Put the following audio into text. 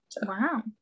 wow